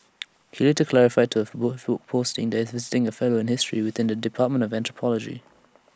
he later clarified to A Facebook posting that he is A visiting fellow in history within the dept of anthropology